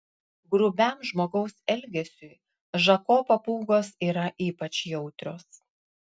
grubiam žmogaus elgesiui žako papūgos yra ypač jautrios